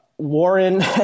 Warren